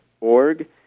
org